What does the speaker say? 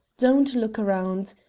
don't look around.